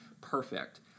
Perfect